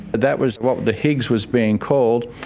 that was what the higgs was being called,